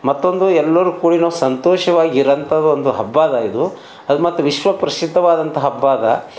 ಮತ್ತೊಂದು ಎಲ್ಲರೂ ಕೂಡಿ ನಾವು ಸಂತೋಷವಾಗಿ ಇರಂಥದೊಂದು ಹಬ್ಬದ ಇದು ಅದು ಮತ್ತು ವಿಶ್ವ ಪ್ರಸಿದ್ಧವಾದಂಥ ಹಬ್ಬ ಅದ